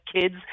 kids